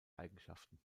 eigenschaften